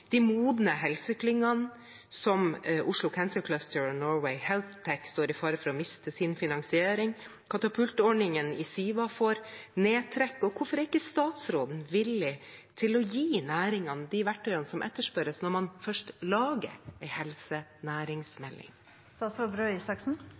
de modne helseklyngene som Oslo Cancer Cluster og Norway Health Tech står i fare for å miste sin finansiering, og katapultordningen i Siva får nedtrekk. Hvorfor er ikke statsråden villig til å gi næringen de verktøyene som etterspørres når man først lager